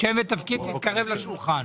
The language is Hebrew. בבקשה.